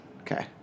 Okay